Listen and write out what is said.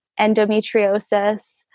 endometriosis